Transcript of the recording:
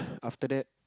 after that